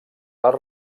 les